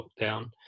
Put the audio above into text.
lockdown